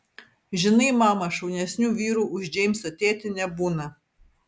žinai mama šaunesnių vyrų už džeimso tėtį nebūna